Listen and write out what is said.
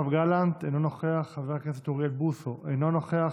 אינו נוכח, חבר הכנסת יואב גלנט, אינו נוכח,